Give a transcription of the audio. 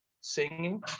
singing